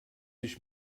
ich